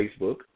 Facebook